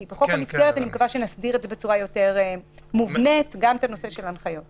ואני מקווה שבחוק המסגרת נסדיר בצורה יותר מובנית את הנושא של ההנחיות.